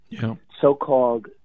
so-called